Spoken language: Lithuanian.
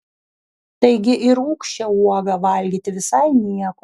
taigi ir rūgščią uogą valgyti visai nieko